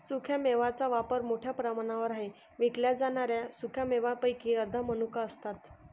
सुक्या मेव्यांचा वापर मोठ्या प्रमाणावर आहे विकल्या जाणाऱ्या सुका मेव्यांपैकी अर्ध्या मनुका असतात